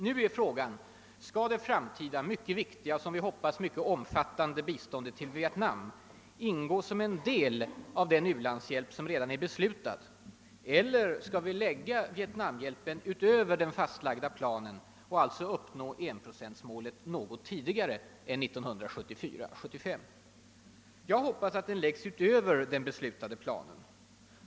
Nu är frågan: Skall det framtida, mycket viktiga och, som vi hoppas, mycket omfattande biståndet till Vietnam ingå som en del av den u-landshjälp, som redan är beslutad? Eller skall vi lägga Vietnamhjälpen ovanpå den fastlagda planen och alltså uppnå 1-procentmålet något tidigare än 1974/75? Jag hoppas att Vietnamhjälpen läggs utöver den beslutade planen.